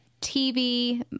TV